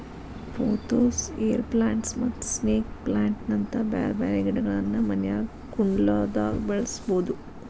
pothos, air plants ಮತ್ತ snake plant ನಂತ ಬ್ಯಾರ್ಬ್ಯಾರೇ ಗಿಡಗಳನ್ನ ಮನ್ಯಾಗ ಕುಂಡ್ಲ್ದಾಗ ಬೆಳಸಬೋದು